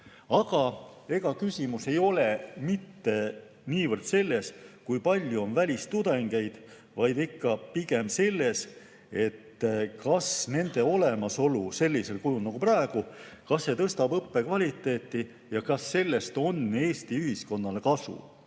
Aga küsimus ei ole mitte niivõrd selles, kui palju on välistudengeid, vaid ikka pigem selles, kas nende olemasolu sellisel kujul nagu praegu tõstab õppe kvaliteeti ja kas neist on Eesti ühiskonnal kasu.